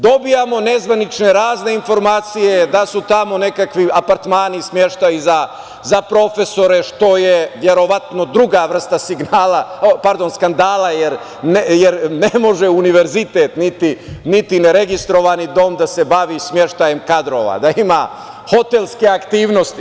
Dobijamo nezvanične, razne informacije da su tamo nekakvi apartmani, smeštaji za profesore, što je verovatno druga vrsta skandala jer ne može Univerzitet niti neregistrovani dom da se bavi smeštajem kadrova, da ima hotelske aktivnosti.